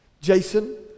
Jason